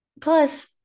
Plus